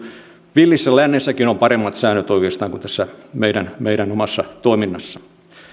villissä lännessäkin on paremmat säännöt oikeastaan kuin tässä meidän meidän omassa toiminnassa